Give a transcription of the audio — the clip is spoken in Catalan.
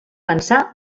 pensar